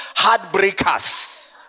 heartbreakers